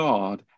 God